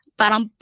parang